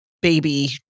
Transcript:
baby